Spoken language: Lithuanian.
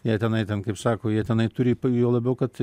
jei tenai ten kaip sako jie tenai turi juo labiau kad